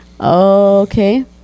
Okay